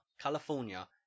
California